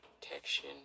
protection